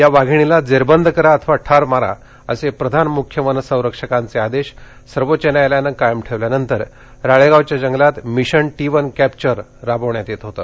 या वाघिणीला जेखंद करा अथवा ठार मारा असे प्रधान मुख्य वन संरक्षकांचे आदेश सर्वोच्च न्यायालयाने कायम ठेवल्यानंतर राळेगावच्या जंगलात मिशन टी वन कॅप्चर राबविण्यात येत होतं